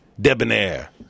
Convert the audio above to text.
debonair